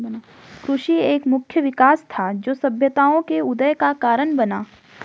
कृषि एक मुख्य विकास था, जो सभ्यताओं के उदय का कारण बना